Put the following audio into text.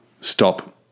Stop